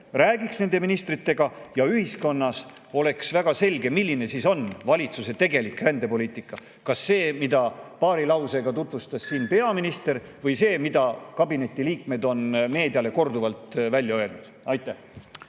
räägiks nende ministritega, ja [soovin, et] ühiskonnas oleks väga selge [arusaam], milline on valitsuse tegelik rändepoliitika: kas see, mida paari lausega tutvustas peaminister, või see, mida kabineti liikmed on meediale korduvalt öelnud. Aitäh!